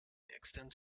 extends